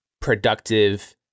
productive